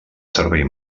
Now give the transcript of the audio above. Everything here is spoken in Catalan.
servir